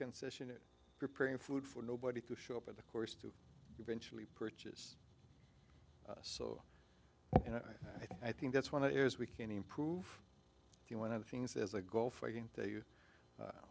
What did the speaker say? concession preparing food for nobody to show up at the course to eventually purchase so i think that's one of the areas we can improve the one of the things as a goal for